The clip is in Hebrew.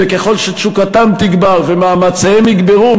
וככל שתשוקתם תגבר ומאמציהם יגברו,